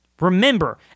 Remember